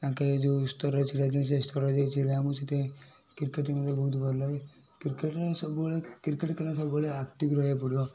ଆଙ୍କେ ଯେଉଁ ସ୍ତରରେ ଛିଡ଼ା ହୋଇଛନ୍ତି ସେଇ ସ୍ତରରେ ଯାଇକି ଛିଡ଼ା ହେବୁ ସେଥିପାଇଁ କ୍ରିକେଟ୍ ମଧ୍ୟ ବହୁତୁ ଭଲ ଲାଗେ କ୍ରିକେଟ୍ ସବୁବେଳେ କ୍ରିକେଟ୍ ଖେଳିଲେ ସବୁବେଳେ ଆକ୍ଟିଭ୍ ରହିବାକୁ ପଡ଼ିବ